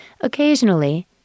Occasionally